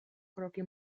kroky